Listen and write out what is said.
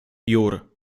jur